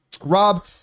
Rob